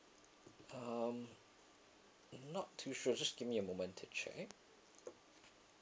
um not too sure just give me a moment to check